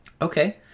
Okay